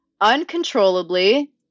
uncontrollably